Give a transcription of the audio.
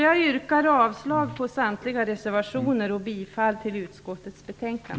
Jag yrkar avslag på samtliga reservationer och bifall till utskottets hemställan.